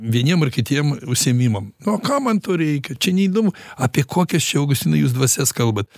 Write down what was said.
vieniem ar kitiem užsiėmimam nu o kam man to reikia čia neįdomu apie kokias čia augustinai jūs dvasias kalbat